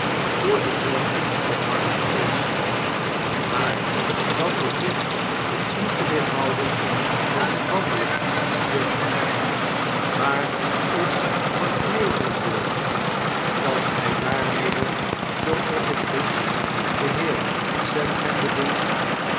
door de zon verwarmd is maar dat behoeft ons niet te weerhouden van het wandelen dunkt mij waar is van knevelenburg als gfl daarmede zooals ik gis den heer sandham bedoelt